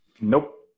Nope